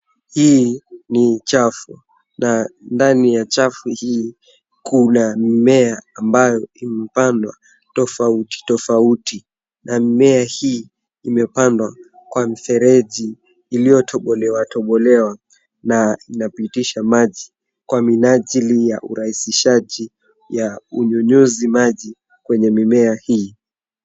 Hii ni chafu na ndani ya chafu hii kuna mimea ambayo imepandwa tofauti tofauti na mimea hii kwa mfereji iliyotobolewa tobolewa na inapitisha maji kwa minajili ya urahisishaji ya unyunyizi maji kwenye mimea hii.